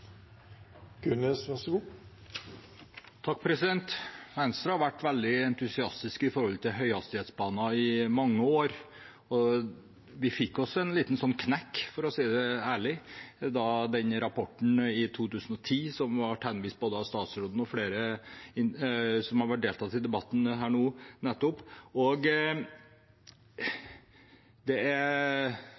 Venstre har vært veldig entusiastisk til høyhastighetsbaner i mange år. Vi fikk oss en liten knekk, for å si det ærlig, da denne rapporten kom i 2010, som både statsråden og flere som har deltatt i debatten her nå nettopp, henviste til. Det ble ikke veldig stor entusiasme. Så dro vi det opp igjen i Granavolden-plattformen, det er